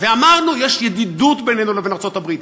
ואמרנו: יש ידידות בינינו לבין ארצות-הברית,